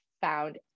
found